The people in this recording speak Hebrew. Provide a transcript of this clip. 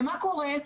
ומה קורה?